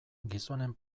gizonen